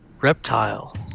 Reptile